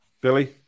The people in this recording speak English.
Billy